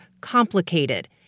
complicated